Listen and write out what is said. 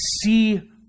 see